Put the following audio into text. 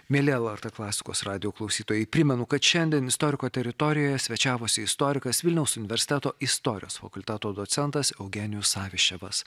mieli lrt klasikos radijo klausytojai primenu kad šiandien istoriko teritorijoje svečiavosi istorikas vilniaus universiteto istorijos fakulteto docentas eugenijus saviščevas